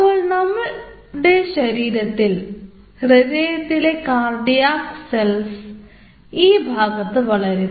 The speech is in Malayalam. അപ്പോൾ നമ്മുടെ ശരീരത്തിൽ ഹൃദയത്തിലെ കാർഡിയാക് സെൽസ് ഈ ഭാഗത്ത് വളരും